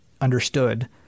understood